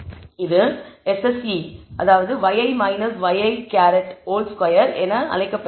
இது SSE yi ŷi2 என அழைக்கப்படுகிறது